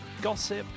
gossip